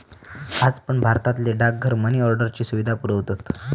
आज पण भारतातले डाकघर मनी ऑर्डरची सुविधा पुरवतत